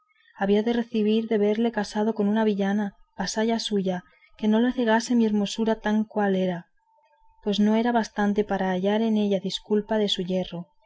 había de recebir de verle casado con una villana vasalla suya que no le cegase mi hermosura tal cual era pues no era bastante para hallar en ella disculpa de su yerro